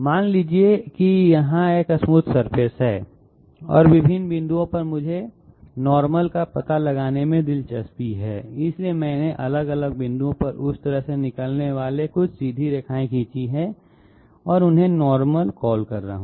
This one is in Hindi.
मान लीजिए कि यहाँ एक स्मूथ सर्फेस है और विभिन्न बिंदुओं पर मुझे सामान्य का पता लगाने में दिलचस्पी है इसलिए मैंने अलग अलग बिंदुओं पर उस सतह से निकलने वाली कुछ सीधी रेखाएँ खींची हैं और मैं उन्हें नॉर्मल कॉल कर रहा हूँ